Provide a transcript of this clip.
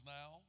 now